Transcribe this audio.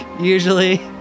usually